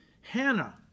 Hannah